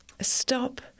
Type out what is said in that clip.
stop